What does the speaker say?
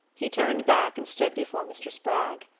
he turned back and stood before mr. spragg.